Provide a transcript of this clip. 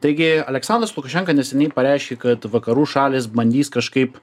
taigi aleksandras lukašenka neseniai pareiškė kad vakarų šalys bandys kažkaip